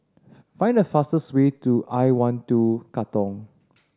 find the fastest way to I One Two Katong